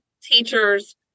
teachers